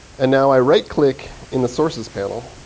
and now i right click in the sources panel.